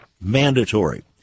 mandatory